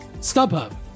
StubHub